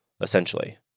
essentially